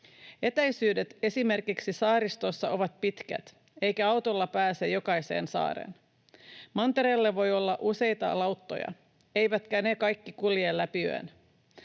Etäisyydet esimerkiksi saaristossa ovat pitkät, eikä autolla pääse jokaiseen saareen. Mantereelle voi olla useita lauttoja, eivätkä ne kaikki kulje läpi yön.